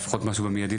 לפחות משהו במיידית,